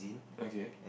okay